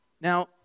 Now